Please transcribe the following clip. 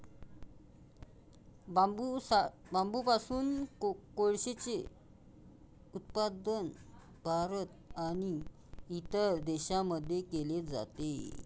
बांबूपासून कोळसेचे उत्पादन भारत आणि इतर देशांमध्ये केले जाते